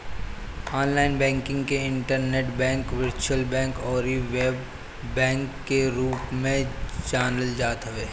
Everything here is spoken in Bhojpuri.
ऑनलाइन बैंकिंग के इंटरनेट बैंक, वर्चुअल बैंक अउरी वेब बैंक के रूप में जानल जात हवे